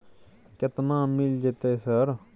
केतना मिल जेतै सर?